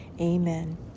Amen